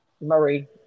Murray